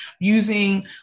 using